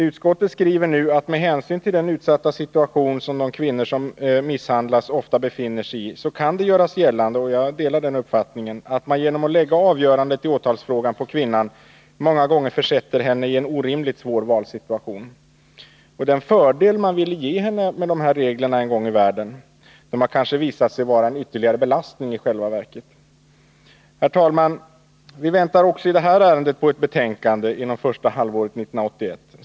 Utskottet skriver nu: ”Med hänsyn till den utsatta situation som de kvinnor som misshandlats ofta befinner sig i kan det också enligt utskottets mening göras gällande”, och jag delar den uppfattningen, ”att man genom att lägga avgörandet i åtalsfrågan på kvinnan många gånger försätter henne i en orimligt svår valsituation.” Den fördel man en gång ville ge henne med de här reglerna har kanske i själva verket visat sig vara en ytterligare belastning. Herr talman! Vi väntar också i detta ärende ett betänkande under första halvåret 1981.